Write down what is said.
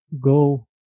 go